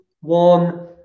one